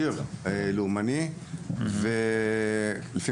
שיר לאומני בסטטוס בוואטסאפ שלה בזמן מבצע.